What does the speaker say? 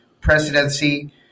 presidency